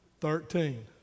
Thirteen